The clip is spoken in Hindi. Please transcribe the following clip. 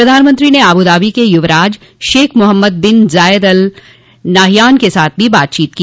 प्रधानमंत्री ने अबूधाबी के युवराज Sheikh Mohammed bin Zayed Al Nahyan के साथ भी बातचीत की